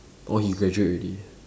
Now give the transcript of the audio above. orh he graduate ready